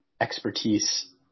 expertise